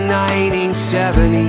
1970